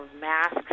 masks